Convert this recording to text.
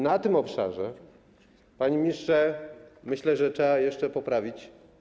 Na tym obszarze, panie ministrze, myślę, że trzeba jeszcze wiele poprawić.